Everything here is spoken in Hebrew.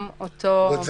כלומר,